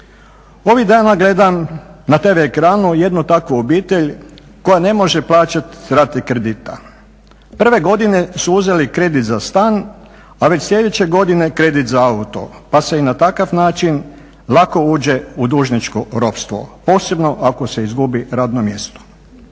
Ovih dana gledam na tv ekranu jednu takvu obitelj koja ne može plaćati rate kredita. Prve godine su uzeli kredit za stan, a već sljedeće godine kredit za auto pa se i na takav način lako uđe u dužničko ropstvo posebno ako se izgubi radno mjesto.